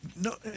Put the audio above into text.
No